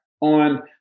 on